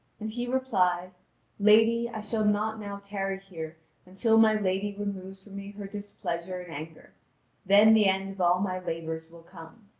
and he replied lady, i shall not now tarry here until my lady removes from me her displeasure and anger then the end of all my labours will come.